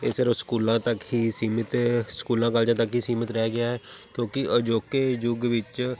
ਇਹ ਸਿਰਫ ਸਕੂਲਾਂ ਤੱਕ ਹੀ ਸੀਮਿਤ ਸਕੂਲਾਂ ਕਾਲਜਾਂ ਦਾ ਤੱਕ ਹੀ ਸੀਮਿਤ ਰਹਿ ਗਿਆ ਕਿਉਂਕਿ ਅਜੋਕੇ ਯੁੱਗ ਵਿੱਚ